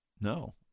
No